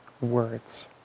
words